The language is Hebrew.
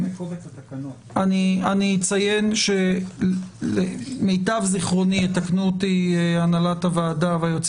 אני אציין שלמיטב זיכרוני יתקנו אותי הנהלת הוועדה והיועצים